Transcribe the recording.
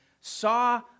saw